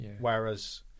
Whereas